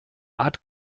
art